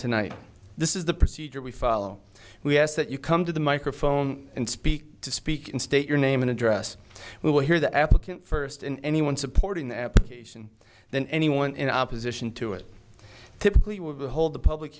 tonight this is the procedure we follow we ask that you come to the microphone and speak to speak in state your name and address we will hear the applicant first in anyone supporting the application then anyone in opposition to it typically will hold the public